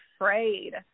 afraid